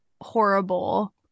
horrible